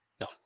No